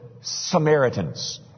Samaritans